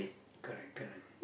correct correct